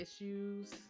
issues